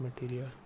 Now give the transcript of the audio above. material